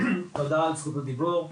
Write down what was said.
תודה על זכות הדיבור.